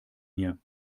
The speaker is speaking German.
mir